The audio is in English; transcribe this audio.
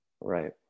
Right